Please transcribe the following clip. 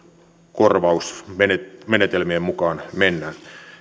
korvausmenetelmien mukaan mennään